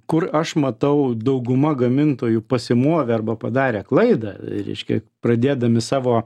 kur aš matau dauguma gamintojų pasimovė arba padarė klaidą reiškia pradėdami savo